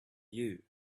you